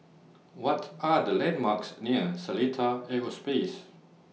What Are The landmarks near Seletar Aerospace